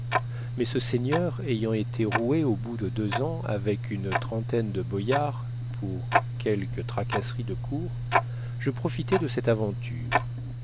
mais ce seigneur ayant été roué au bout de deux ans avec une trentaine de boïards pour quelque tracasserie de cour je profitai de cette aventure